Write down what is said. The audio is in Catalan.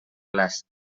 clars